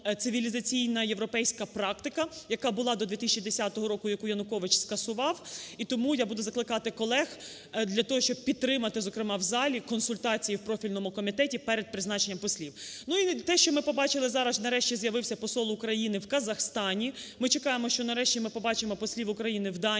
цивілізаційна європейська практика, яка була до 2010 року, яку Янукович скасував. І тому я буду закликати колег для того, щоб підтримати, зокрема в залі, консультації в профільному комітеті, перед призначенням послів. І те, що ми побачили зараз, нарешті з'явився Посол України в Казахстані. Ми чекаємо, що нарешті ми побачмо послів України в Данії,